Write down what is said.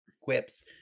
quips